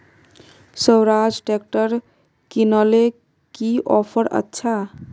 Swaraj tractor किनले की offer अच्छा?